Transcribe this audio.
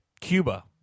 Cuba